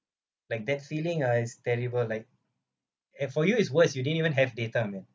like that feeling ah is terrible like as for you is worse you didn't even have data man